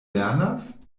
lernas